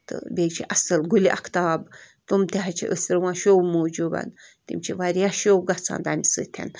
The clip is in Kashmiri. تہٕ بیٚیہِ چھِ اَصٕل گُلہِ اختاب تِم تہِ حظ چھِ أسۍ رُوان شو موٗجوٗب تِم چھِ وارِیاہ شو گَژھان تَمہِ سۭتٮ۪ن